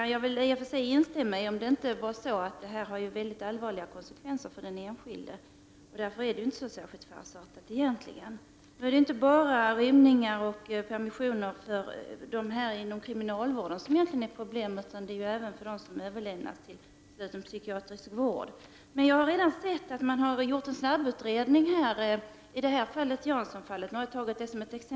Jag kan i och för sig instämma i det om det inte var så att detta får allvarliga konsekvenser för den enskilde. Därför är det i själva verket inte särskilt farsartat. Nu är egentligen inte problemet permissioner och rymningar inom kriminalvården. Det gäller även för dem som är överlämnade till sluten psykiatrisk vård. Jag har redan sett att det har gjorts en snabbutredning i Janssonfallet.